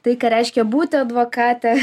tai ką reiškia būti advokate